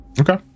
okay